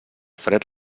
fred